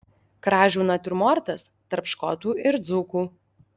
kražių natiurmortas tarp škotų ir dzūkų